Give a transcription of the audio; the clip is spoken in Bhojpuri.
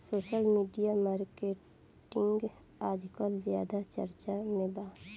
सोसल मिडिया मार्केटिंग आजकल ज्यादा चर्चा में बा